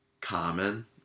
common